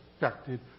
affected